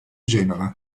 genova